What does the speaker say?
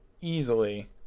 easily